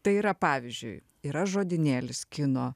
tai yra pavyzdžiui yra žodynėlis kino